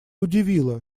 удивило